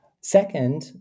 Second